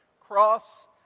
cross